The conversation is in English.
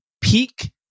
peak